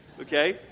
Okay